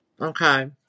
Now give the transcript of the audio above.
Okay